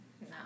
No